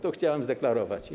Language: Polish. To chciałem zdeklarować.